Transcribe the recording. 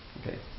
Okay